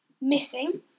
missing